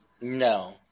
No